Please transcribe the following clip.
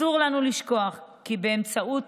אסור לנו לשכוח כי באמצעות